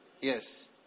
Yes